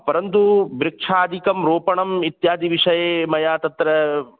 परन्तु वृक्षादिकं रोपणम् इत्यादिविषये मया तत्र